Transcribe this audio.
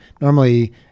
normally